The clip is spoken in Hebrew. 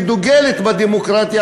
ודוגלת בדמוקרטיה,